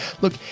look